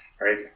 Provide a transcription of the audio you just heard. right